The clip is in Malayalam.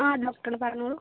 ആ ഡോക്ടർ ആണ് പറഞ്ഞോളൂ